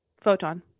Photon